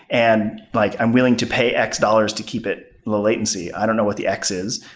and like i'm willing to pay x dollars to keep it low-latency i don't know what the x is.